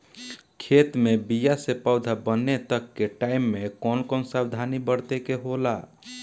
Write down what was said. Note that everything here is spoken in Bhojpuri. खेत मे बीया से पौधा बने तक के टाइम मे कौन कौन सावधानी बरते के होला?